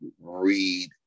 read